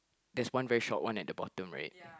there's one very short one at the bottom right